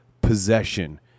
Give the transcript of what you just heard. Possession